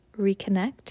reconnect